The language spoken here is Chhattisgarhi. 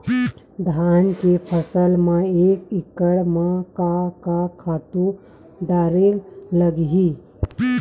धान के फसल म एक एकड़ म का का खातु डारेल लगही?